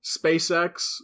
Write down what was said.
SpaceX